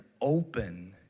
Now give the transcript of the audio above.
open